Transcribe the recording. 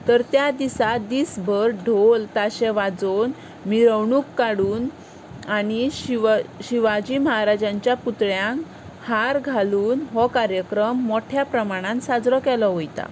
तर त्या दिसा दीस भर ढोल ताशे वाजोवन मिरवणूक काडून आनी शिवा शिवाजी महाराजांच्या पुतळ्यांक हार घालून हो कार्यक्रम मोठ्या प्रमाणान साजरो केलो वता